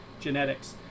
genetics